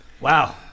wow